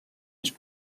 més